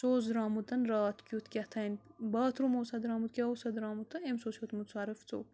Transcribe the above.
سُہ اوس درٛامُتَن راتھ کیُتھ کہتانۍ باتھروٗم اوسا درٛامُت کیٛاہ اوسا درٛامُت تہٕ أمِس اوس ہیوٚتمُت سرف ژوٚپ